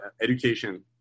education